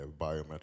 biometric